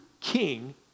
king